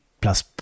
plus